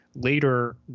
later